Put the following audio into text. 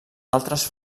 altres